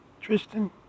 Tristan